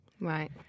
Right